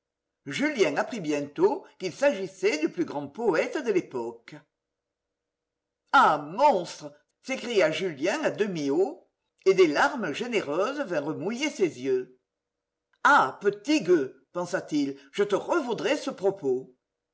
julien apprit bientôt qu'il s'agissait du plus grand poète de l'époque ah monstre s'écria julien à demi haut et des larmes généreuses vinrent mouiller ses yeux ah petit gueux pensa-t-il je te revaudrai ce propos